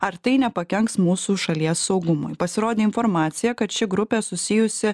ar tai nepakenks mūsų šalies saugumui pasirodė informacija kad ši grupė susijusi